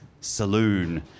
Saloon